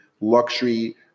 luxury